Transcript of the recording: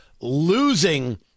losing